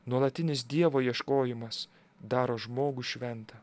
nuolatinis dievo ieškojimas daro žmogų šventą